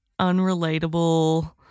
unrelatable